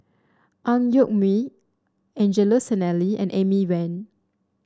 Ang Yoke Mooi Angelo Sanelli and Amy Van